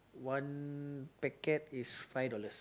one packet is five dollars